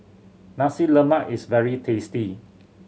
Nasi Lemak is very tasty